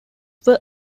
were